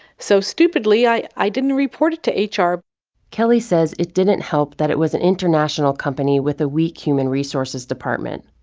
so stupidly i i didn't report it to ah hr kelly says it didn't help that it was an international company with a weak human resources department.